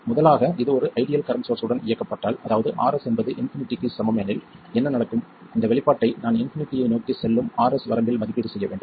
எனவே முதலாவதாக இது ஒரு ஐடியல் கரண்ட் சோர்ஸ் உடன் இயக்கப்பட்டால் அதாவது Rs என்பது இன்பினிட்டி க்கு சமம் எனில் என்ன நடக்கும் இந்த வெளிப்பாட்டை நான் இன்பினிட்டியை நோக்கிச் செல்லும் Rs வரம்பில் மதிப்பீடு செய்ய வேண்டும்